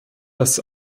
dass